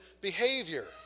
behavior